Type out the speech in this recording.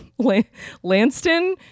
Lanston